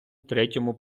третьому